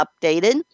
updated